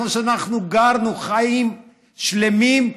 איפה שאנחנו גרנו חיים שלמים,